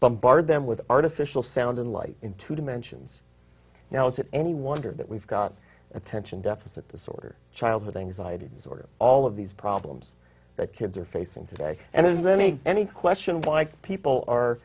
bombard them with artificial sound and light in two dimensions now is it any wonder that we've got attention deficit this or childhood anxiety disorder all of these problems that kids are facing today and as any any question why people are